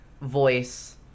voice